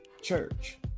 church